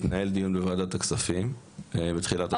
התנהל דיון בוועדת הכספים בתחילת השבוע.